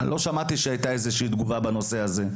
לא שמעתי שהייתה איזו שהיא תגובה למכתב הזה.